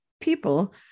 people